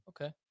Okay